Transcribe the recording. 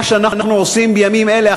מה שאנחנו עושים בימים אלה,